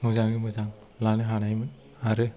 मोजाङै मोजां लानो हानायमोन आरो